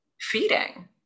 feeding